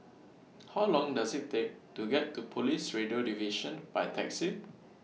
How Long Does IT Take to get to Police Radio Division By Taxi